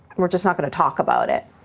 we're just not gonna talk about it.